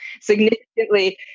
Significantly